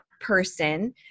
person